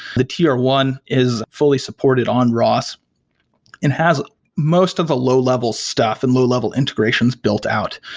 the t r one is fully supported on ros and has most of the low-level stuff and low-level integrations built out,